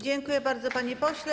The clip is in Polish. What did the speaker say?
Dziękuję bardzo, panie pośle.